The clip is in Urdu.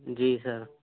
جی سر